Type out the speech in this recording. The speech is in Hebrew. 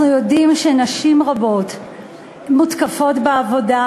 אנחנו יודעים שנשים רבות מותקפות בעבודה,